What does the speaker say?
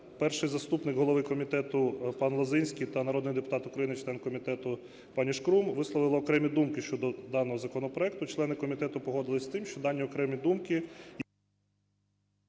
перший заступник головки комітету пан Лозинський та народний депутат України, член комітету пані Шкрум висловила окремі думки щодо даного законопроекту. Члени комітету погодились з тим, що дані окремі думки…